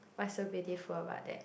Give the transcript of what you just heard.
what's so pitiful about that